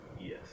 Yes